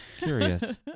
Curious